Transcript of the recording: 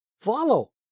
follow